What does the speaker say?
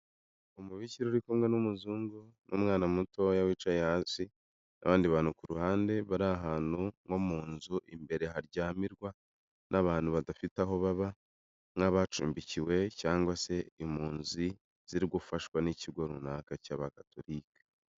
Umubikira uri kumwe n'umuzungu n'umwana mutoya wicaye hasi, abandi bantu ku ruhande bari ahantu nko mu nzu imbere haryamirwa n'abantu badafite aho baba, nk'abacumbikiwe cyangwa se impunzi ziri gufashwa n'ikigo runaka cy'abagatorike.